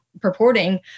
purporting